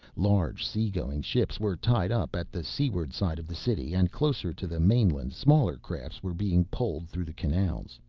large sea-going ships were tied up at the seaward side of the city and closer to the mainland smaller craft were being poled through the canals.